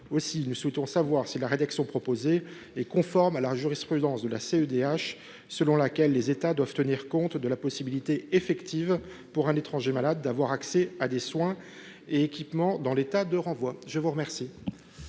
Aussi, nous souhaitons savoir si la rédaction proposée est conforme à la jurisprudence de la CEDH selon laquelle les États doivent tenir compte de la possibilité effective pour un étranger malade d’avoir accès à des soins et équipements dans l’État de renvoi. La parole